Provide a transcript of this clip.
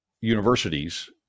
universities